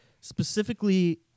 specifically